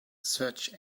search